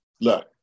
look